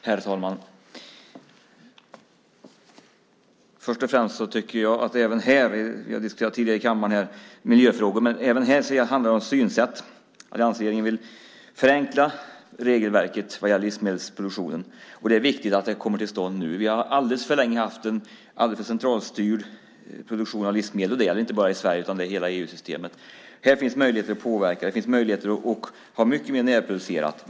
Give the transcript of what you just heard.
Herr talman! Först och främst har vi ju diskuterat miljöfrågor tidigare i kammaren, men jag tycker att det även här handlar om synsätt. Alliansregeringen vill förenkla regelverket vad gäller livsmedelsproduktionen. Det är viktigt att det kommer till stånd nu. Vi har alldeles för länge haft en alldeles för centralstyrd produktion av livsmedel. Det gäller inte bara i Sverige utan det är så i hela EU-systemet. Här finns möjligheter att påverka. Det finns möjligheter att ha mycket mer närproducerat.